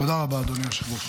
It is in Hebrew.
תודה רבה, אדוני היושב-ראש.